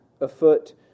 afoot